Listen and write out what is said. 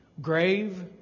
Grave